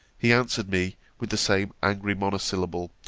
he answered me with the same angry monosyllable,